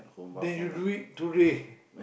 then you do it today